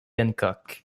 hancock